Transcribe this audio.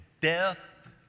death